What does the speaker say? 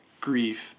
grief